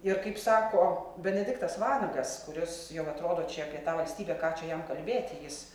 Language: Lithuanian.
ir kaip sako benediktas vanagas kuris jau atrodo čia apie tą valstybę ką čia jam kalbėti jis